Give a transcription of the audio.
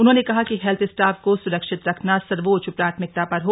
उन्होंने कहा कि हेल्थ स्टाफ को सुरक्षित रखना सर्वोच्च प्राथमिकता पर हो